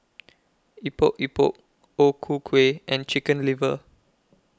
Epok Epok O Ku Kueh and Chicken Liver